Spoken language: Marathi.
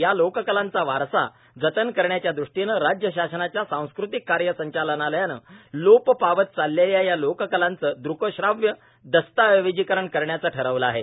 या लोककलांचा वारसा जतन करण्याच्या दृष्टीनं राज्य शासनाच्या सांस्कृतिक कार्य संचालनालयाने लोप पावत चाललेल्या या लोककलांचे दृकश्राव्य दस्तावेजीकरण करण्याचे ठरविले आहे